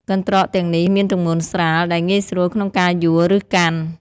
កន្ត្រកទាំងនេះមានទម្ងន់ស្រាល ដែលងាយស្រួលក្នុងការយួរ ឬកាន់។